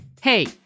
Hey